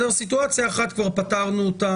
סיטואציה אחת כבר פתרנו,